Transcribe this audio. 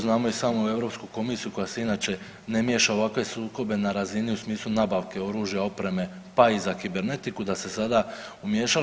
Znamo i sami Europsku komisiju koja se inače ne miješa u ovakve sukobe na razini u smislu nabavke oružja, opreme pa i za kibernetiku da se sada umiješala.